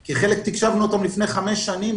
כי חלק תקשבנו לפני חמש שנים.